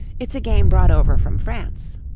it's a game brought over from france.